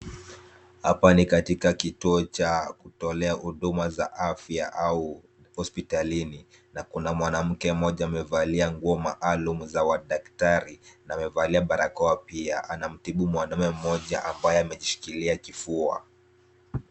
Hapa ni katika kituo cha kutolea huduma za afya au hospitalini na kuna mwanamke mmoja amevalia nguo maalum za madaktari na amevalia barakoa pia anamtibu mwanaume mmoja ambaye amejishikilia kifua.